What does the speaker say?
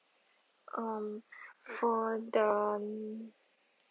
um for the